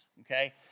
Okay